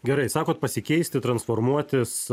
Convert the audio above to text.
gerai sakot pasikeisti transformuotis